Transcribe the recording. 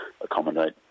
accommodate